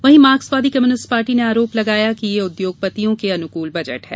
वहीं मॉर्क्सवादी communist party ने आरोप लगाया कि यह उद्योगपतियों के अनुकूल बजट है